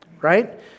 right